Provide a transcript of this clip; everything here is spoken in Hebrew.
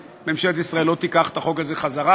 ממשלת ישראל לא תיקח את החוק הזה חזרה.